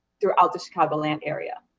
throughout the chicagoland area.